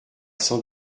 sans